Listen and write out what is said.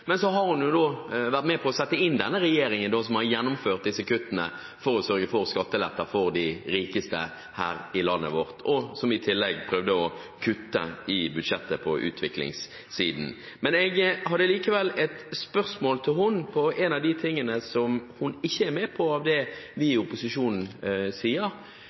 Men så har hun vært med på å sette inn denne regjeringen, som har gjennomført disse kuttene for å sørge for skatteletter for de rikeste her i landet, og som i tillegg prøvde å kutte i budsjettet på utviklingssiden. Men jeg hadde likevel et spørsmål til henne om en av de tingene hun ikke er med på av det vi i opposisjonen sier.